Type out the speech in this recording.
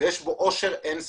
יש שם עושר אין סופי.